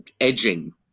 edging